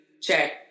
check